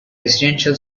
residential